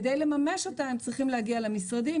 כדי לממש אותה הם צריכים להגיע למשרדים,